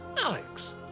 Alex